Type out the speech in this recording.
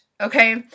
okay